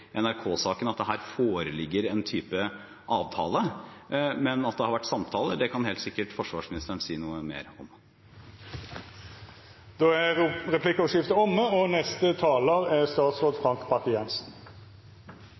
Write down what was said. NRK-saken, at det her foreligger en type avtale, men at det har vært samtaler – det kan helt sikkert forsvarsministeren si noe mer om. Replikkordskiftet er omme. Arktis er fremdeles et krevende område for moderne infrastruktur og